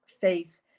faith